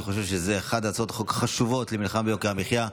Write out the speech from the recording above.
אני חושב שזו אחת מהצעות החוק החשובות למלחמה ביוקר המחיה.